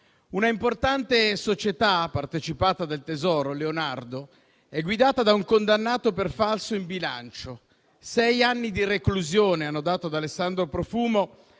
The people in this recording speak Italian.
Un'importante società partecipata del Tesoro, Leonardo, è guidata da un condannato per falso in bilancio: sei anni di reclusione è stata la condanna per Alessandro Profumo